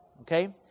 okay